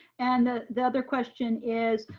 and the other question is,